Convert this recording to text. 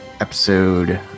episode